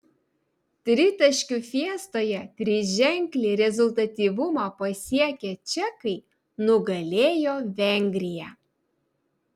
tritaškių fiestoje triženklį rezultatyvumą pasiekę čekai nugalėjo vengriją